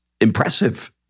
impressive